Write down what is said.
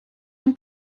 dem